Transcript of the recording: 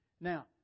Now